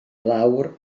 lawr